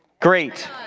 great